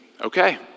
Okay